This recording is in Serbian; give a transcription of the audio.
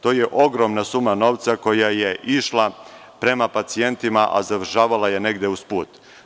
To je ogromna suma novca koja je išla prema pacijentima, a završila je negde usput.